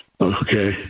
Okay